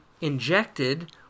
injected